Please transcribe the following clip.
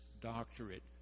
doctorate